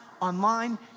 online